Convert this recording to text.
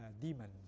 demon